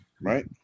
right